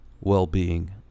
well-being